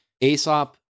Aesop